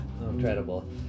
Incredible